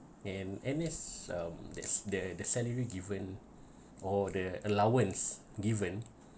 and and it's um the the the salary given or the allowance given